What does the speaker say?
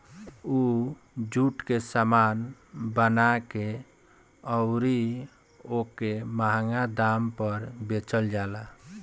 उ जुटे के सामान बना के अउरी ओके मंहगा दाम पर बेचल जाला